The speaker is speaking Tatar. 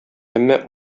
әмма